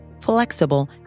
flexible